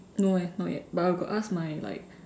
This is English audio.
no eh not yet but I got ask my like